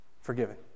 forgiven